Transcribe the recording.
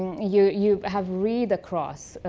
you you have read across